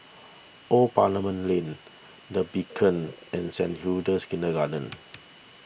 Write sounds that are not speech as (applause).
Old Parliament Lane the Beacon (noise) and Saint Hilda's Kindergarten